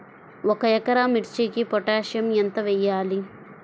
ఒక ఎకరా మిర్చీకి పొటాషియం ఎంత వెయ్యాలి?